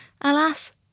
Alas